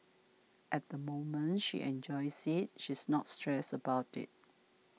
at the moment she enjoys it she's not stressed about it